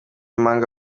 impanga